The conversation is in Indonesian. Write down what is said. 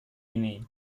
ini